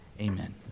Amen